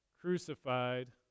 crucified